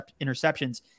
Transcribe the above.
interceptions